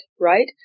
right